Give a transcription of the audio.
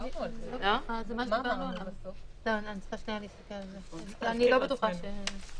אני לא בטוחה.